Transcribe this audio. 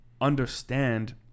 understand